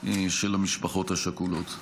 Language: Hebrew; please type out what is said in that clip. של המשפחות השכולות.